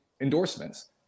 endorsements